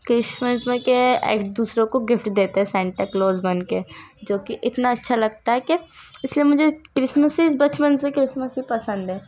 Christmas میں کیا ہے ایک دوسرے کو گفٹ دیتے ہیں سینٹا کلوز بن کے جو کہ اتنا اچھا لگتا ہے کہ اس لیے مجھے کرسمس بچپن سے کرسمس ہی پسند ہے